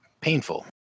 painful